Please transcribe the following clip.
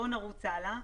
נמשיך הלאה.